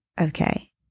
okay